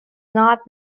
not